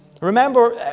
Remember